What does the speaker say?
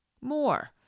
More